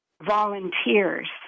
volunteers